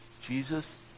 Jesus